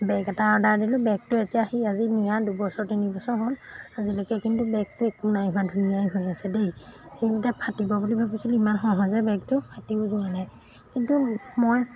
বেগ এটা অৰ্ডাৰ দিলোঁ বেগটো এতিয়া সি আজি নিয়া দুবছৰ তিনিবছৰ হ'ল আজিলৈকে কিন্তু বেগটো একো নাই হোৱা ধুনীয়াই হৈ আছে দেই সেইকেইটা ফাটিব বুলি ভাবিছিলোঁ ইমান সহজে বেগটো ফাটিও যোৱা নাই কিন্তু মই